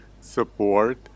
support